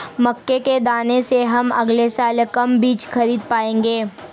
मक्के के दाने से हम अगले साल कम बीज खरीद पाएंगे